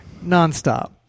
nonstop